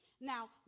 Now